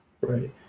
Right